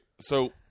So-